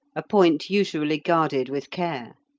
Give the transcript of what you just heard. a point usually guarded with care.